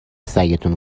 سگتون